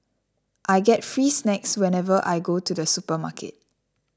I get free snacks whenever I go to the supermarket